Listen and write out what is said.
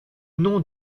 noms